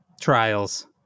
trials